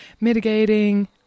mitigating